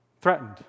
threatened